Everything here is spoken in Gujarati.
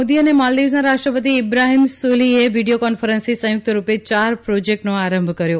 મોદી અને માલ્દીવ્સના રાષ્ટ્રનપતિ ઇબ્રાહીમ સોલીહે વીડીયો કોન્ફરન્સથી સંયુક્તરૂપે ચાર પ્રોજેકટનો આરંભ કર્યો